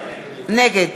נגד